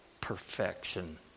perfection